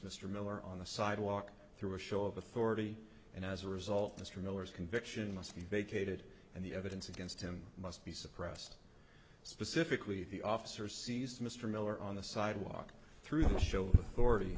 mr miller on the sidewalk through a show of authority and as a result mr miller's conviction must be vacated and the evidence against him must be suppressed specifically the officer sees mr miller on the sidewalk through the show